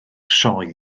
sioe